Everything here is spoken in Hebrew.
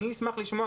אשמח לשמוע,